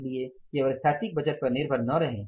इसलिए केवल स्थैतिक बजट पर निर्भर न रहें